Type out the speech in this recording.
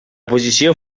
posició